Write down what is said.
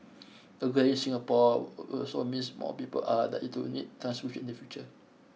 the greying Singapore also means more people are likely to need transfusions in the future